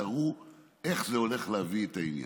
תראו איך זה הולך להביא את העניין.